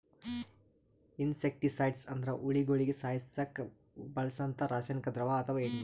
insecticides ಅಂದ್ರ ಹುಳಗೋಳಿಗ ಸಾಯಸಕ್ಕ್ ಬಳ್ಸಂಥಾ ರಾಸಾನಿಕ್ ದ್ರವ ಅಥವಾ ಎಣ್ಣಿ